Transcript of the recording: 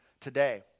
today